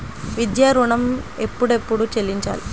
విద్యా ఋణం ఎప్పుడెప్పుడు చెల్లించాలి?